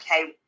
okay